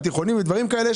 על תיכונים ודברים כאלה,